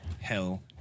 Hell